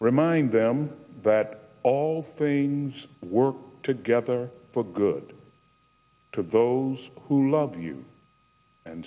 remind them that all things work together for good to bo's who love you and